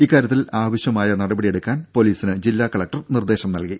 ഇക്കാര്യത്തിൽ ആവശ്യമായ നടപടിയെടുക്കാൻ പോലീസിന് ജില്ലാ കലക്ടർ നിർദേശം നൽകി